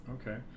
Okay